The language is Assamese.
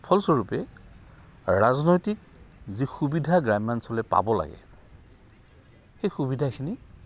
ফলস্বৰূপে ৰাজনৈতিক যি সুবিধা গ্ৰাম্যাঞ্চলে পাব লাগে সেই সুবিধাখিনি